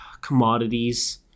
Commodities